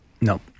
No